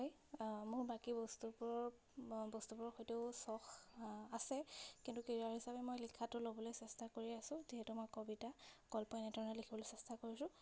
মোৰ বাকী বস্তুবোৰৰ বস্তুবোৰৰ সৈতেও চখ আছে কিন্তু কেৰিয়াৰ হিচাপে মই লিখাটো ল'বলৈ চেষ্টা কৰি আছো যিহেতু মই কবিতা গল্প এনেধৰণে লিখিবলৈ চেষ্টা কৰিছোঁ